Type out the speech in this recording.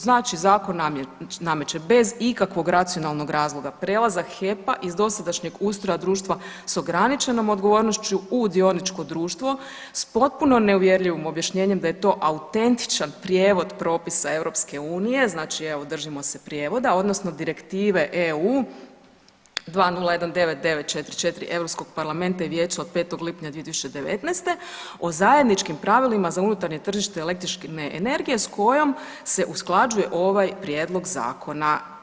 Znači zakon nameće bez ikakvog racionalnog razloga prelazak HEP-a iz dosadašnjeg ustroja društva s ograničenom odgovornošću u dioničko društvo s potpuno neuvjerljivim objašnjenjem da je to autentičan prijevod propisa EU, evo držimo se prijevoda odnosno Direktive EU 2019/944 Europskog parlamenta i vijeća od 5. lipnja 2019. o zajedničkim pravilima za unutarnje tržište električne energije s kojom se usklađuje ovaj prijedlog zakona.